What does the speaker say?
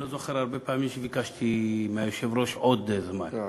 אני לא זוכר הרבה פעמים שביקשתי מהיושב-ראש עוד זמן.